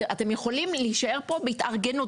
אתם יכולים להישאר כאן התארגנות.